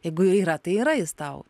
jeigu yra tai yra jis tau